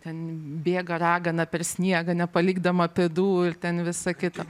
ten bėga ragana per sniegą nepalikdama pėdų ir ten visa kita